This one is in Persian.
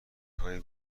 های